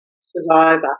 survivor